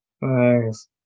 Nice